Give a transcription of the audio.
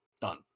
done